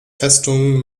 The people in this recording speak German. festung